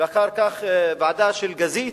ואחר כך הוועדה של גזית.